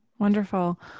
Wonderful